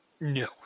no